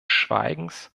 schweigens